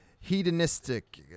hedonistic